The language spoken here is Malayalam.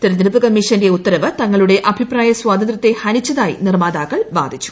തിരഞ്ഞെടുപ്പ് കമ്മ്യീഷ്ട്ഏറ്റ ഉത്തരവ് തങ്ങളുടെ അഭിപ്രായ സ്വാതന്ത്യത്തെ ഹനിച്ചതായി നിർമാതാക്കൾ വാദിച്ചു